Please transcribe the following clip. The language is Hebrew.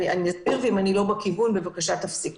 אסביר, ואם איני בכיוון אנא אמור לי.